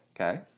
Okay